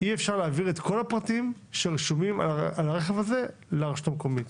אי אפשר להעביר את כל הפרטים שרשומים על הרכב הזה לרשות המקומית?